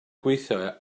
gweithio